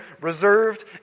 reserved